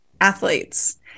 athletes